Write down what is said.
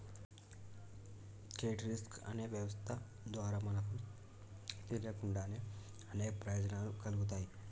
credit risk అనే వ్యవస్థ ద్వారా మనకు తెలియకుండానే అనేక ప్రయోజనాలు కల్గుతాయి